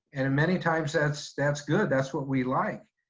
and in many times that's, that's good. that's what we like.